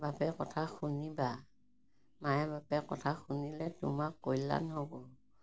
বাপেৰ কথা শুনিবা মায়ে বাপেৰে কথা শুনিলে তোমাক কল্যাণ হ'ব